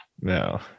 No